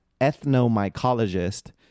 ethnomycologist